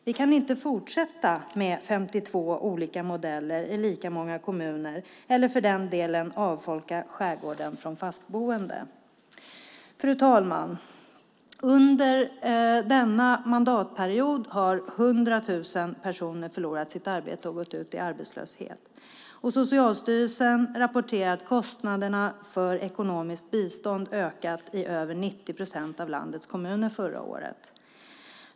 Vi kan inte fortsätta med 52 olika modeller i lika många kommuner eller avfolka skärgården från fastboende. Fru talman! Under denna mandatperiod har 100 000 förlorat sitt arbete och gått ut i arbetslöshet, och Socialstyrelsen rapporterar att kostnaderna för ekonomiskt bistånd ökade i över 90 procent av landets kommuner förra året.